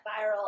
viral